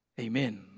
Amen